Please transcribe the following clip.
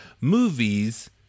movies